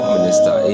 Minister